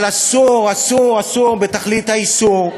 אבל אסור, אסור, אסור, בתכלית האיסור,